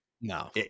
No